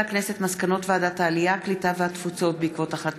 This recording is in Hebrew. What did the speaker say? ועדת שרים לענייני ביטחון לאומי),